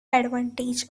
advantage